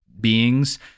beings